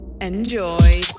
Enjoy